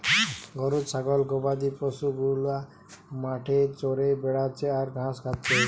গরু ছাগল গবাদি পশু গুলা মাঠে চরে বেড়াচ্ছে আর ঘাস খাচ্ছে